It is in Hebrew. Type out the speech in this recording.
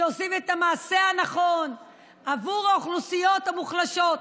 שעושים את המעשה הנכון בעבור האוכלוסיות המוחלשות.